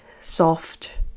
soft